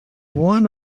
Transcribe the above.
one